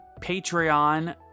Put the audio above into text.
Patreon